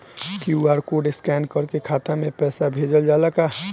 QR code scan करके खाता में पैसा भेजल जाला का?